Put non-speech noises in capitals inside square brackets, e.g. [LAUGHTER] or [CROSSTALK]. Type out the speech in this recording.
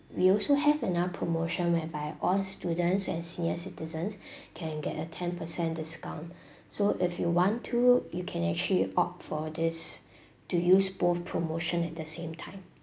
we also have another promotion whereby all students and senior citizens [BREATH] can get a ten percent discount [BREATH] so if you want to you can actually opt for this to use both promotion at the same time